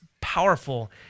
powerful